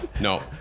No